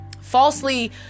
falsely